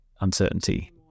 uncertainty